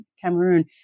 Cameroon